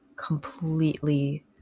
completely